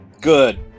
good